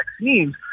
vaccines